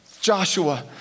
Joshua